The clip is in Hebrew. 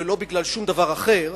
ולא בגלל שום דבר אחר,